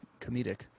comedic